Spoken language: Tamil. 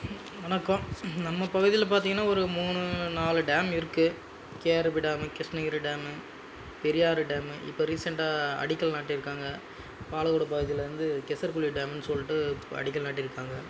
வணக்கம் நம்ம பகுதியில் பார்த்தீங்கனா ஒரு மூணு நாலு டேம் இருக்குது KRP dam Krishnagiri dam Periyar dam இப்போ ரீசெண்ட்டாக அடிக்கல் நாட்டியிருக்காங்க பாலக்கோடு பகுதியிலேருந்து கேசர் குழி டேமுன் சொல்லிட்டு இப்போ அடிக்கல் நாட்டியிருக்காங்க